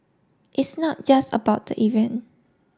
is not just about the event